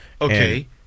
Okay